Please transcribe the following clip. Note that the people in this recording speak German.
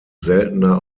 seltener